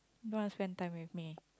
don't want to spend time with me